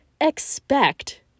expect